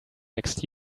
next